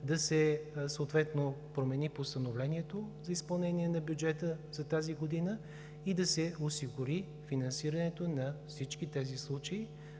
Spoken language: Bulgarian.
да се промени постановлението за изпълнение на бюджета за тази година и да се осигури финансирането на всички тези случаи